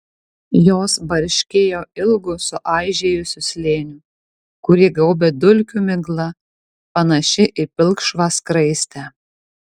jos barškėjo ilgu suaižėjusiu slėniu kurį gaubė dulkių migla panaši į pilkšvą skraistę